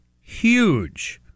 huge